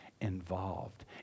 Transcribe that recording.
involved